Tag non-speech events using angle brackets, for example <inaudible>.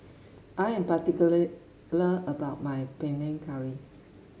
I am particular <unintelligible> about my Panang Curry